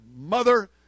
mother